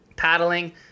paddling